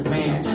Man